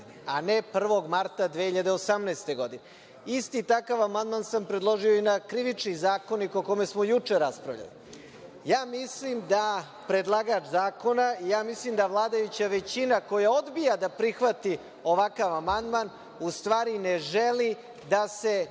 a ne 1. marta 2018. godine. Isti takav amandman sam predložio i na Krivični zakonik, o kome smo juče raspravljali. Ja mislim da predlagač zakona i vladajuća većina koja odbija da prihvati ovakav amandman u stvari ne želi da se